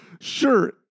Sure